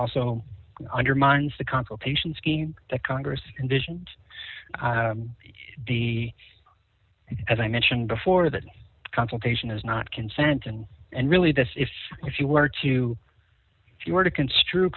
also undermines the consultation scheme that congress and vision and the as i mentioned before that consultation is not consent and and really this is if you were to if you were to construe